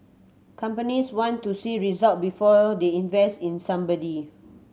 companies want to see result before they invest in somebody